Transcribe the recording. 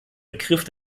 begriff